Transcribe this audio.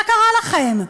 מה קרה לכם?